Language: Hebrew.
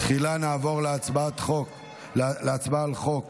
תחילה נעבור להצבעה על חוק